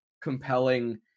compelling